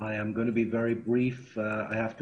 יהיה לחץ על ישראל לוותר לפלסטינים ואנחנו חייבים